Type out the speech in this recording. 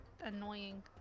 annoying